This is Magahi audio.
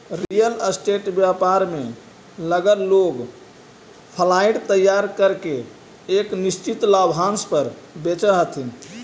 रियल स्टेट व्यापार में लगल लोग फ्लाइट तैयार करके एक निश्चित लाभांश पर बेचऽ हथी